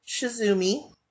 Shizumi